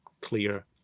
clear